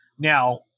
now